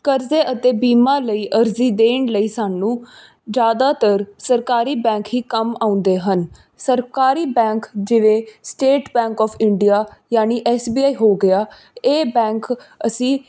ਕਰਜ਼ੇ ਅਤੇ ਬੀਮਾ ਲਈ ਅਰਜ਼ੀ ਦੇਣ ਲਈ ਸਾਨੂੰ ਜ਼ਿਆਦਾਤਰ ਸਰਕਾਰੀ ਬੈਂਕ ਹੀ ਕੰਮ ਆਉਂਦੇ ਹਨ ਸਰਕਾਰੀ ਬੈਂਕ ਜਿਵੇਂ ਸਟੇਟ ਬੈਂਕ ਓਫ ਇੰਡੀਆ ਯਾਨੀ ਐਸਬੀਆਈ ਹੋ ਗਿਆ ਇਹ ਬੈਂਕ ਅਸੀਂ